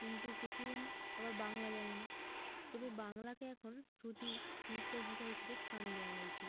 কিন্তু কিছুজন আবার বাংলা জানে না তবে বাংলাকে এখন শ্রুতি মিষ্ট ভাষা হিসেবে স্থান দেওয়া হয়েছে